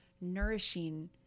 nourishing